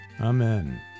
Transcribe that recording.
Amen